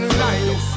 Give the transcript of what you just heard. life